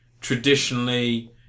traditionally